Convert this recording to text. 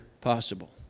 possible